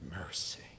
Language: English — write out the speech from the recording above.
mercy